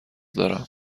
دارم